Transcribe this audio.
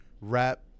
rap